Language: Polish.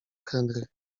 henry